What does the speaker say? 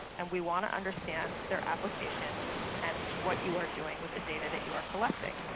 and we want to understand their application and what you are doing with the data that you are collecting.